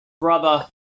brother